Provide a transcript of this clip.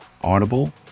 audible